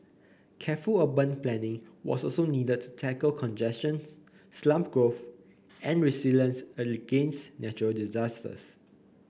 careful urban planning was also needed to tackle congestion slum growth and resilience against natural disasters